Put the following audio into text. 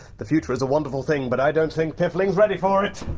the future is a wonderful thing, but i don't think piffling's ready for it.